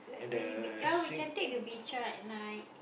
very big yeah we can take the beca at night